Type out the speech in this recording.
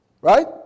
right